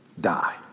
die